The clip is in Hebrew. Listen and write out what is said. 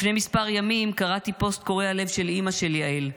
לפני כמה ימים קראתי פוסט קורע לב של אימא של יעל,